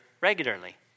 regularly